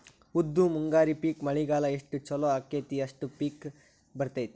ಉದ್ದು ಮುಂಗಾರಿ ಪಿಕ್ ಮಳಿಗಾಲ ಎಷ್ಟ ಚಲೋ ಅಕೈತಿ ಅಷ್ಟ ಚಲೋ ಪಿಕ್ ಬರ್ತೈತಿ